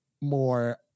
more